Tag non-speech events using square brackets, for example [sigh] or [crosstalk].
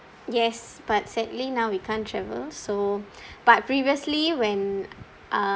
yes but sadly now we can't travel so [breath] but previously when uh